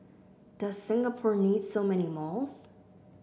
does Singapore need so many malls